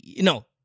no